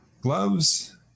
gloves